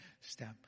step